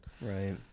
Right